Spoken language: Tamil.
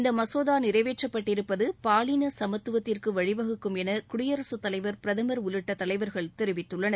இந்தமசோதாநிறைவேற்றப்பட்டிருப்பதுபாலினசமத்துவத்திற்குவழிவகுக்கும் எனகுடியரசுத் தலைவர் பிரதமர் உள்ளிட்டதலைவர்கள் தெரிவித்துள்ளனர்